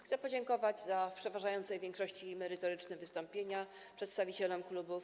Chcę podziękować za w przeważającej większości merytoryczne wystąpienia przedstawicielom klubów.